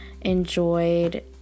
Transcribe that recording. enjoyed